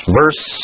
verse